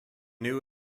new